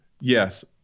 Yes